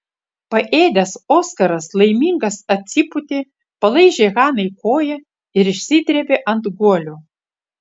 paėdęs oskaras laimingas atsipūtė palaižė hanai koją ir išsidrėbė ant guolio